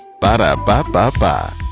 Ba-da-ba-ba-ba